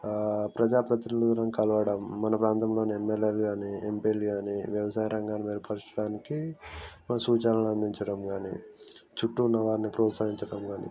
ప్రజా ప్రతినిధులని కలవడం మన ప్రాంతంలోని ఎమ్మెల్యేలని కానీ ఎంపీలు కానీ వ్యవసాయ రంగాన్ని మెరుగుపరచడానికి సూచనలను అందించడం కానీ చుట్టూ ఉన్న వారిని ప్రోత్సహించడం కానీ